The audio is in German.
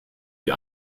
die